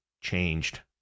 changed